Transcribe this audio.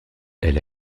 elle